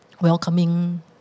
welcoming